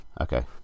Okay